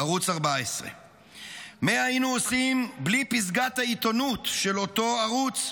ערוץ 14. מה היינו עושים בלי פסגת העיתונות של אותו ערוץ,